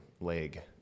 leg